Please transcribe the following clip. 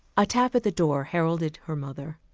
a tap at the door heralded her mother.